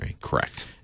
Correct